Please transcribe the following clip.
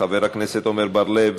חבר הכנסת עמר בר-לב,